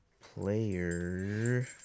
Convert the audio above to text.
player